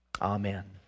Amen